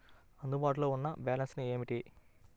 అందుబాటులో ఉన్న బ్యాలన్స్ ఏమిటీ?